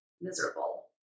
miserable